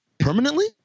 permanently